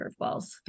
curveballs